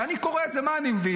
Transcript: כשאני קורא את זה, מה אני מבין?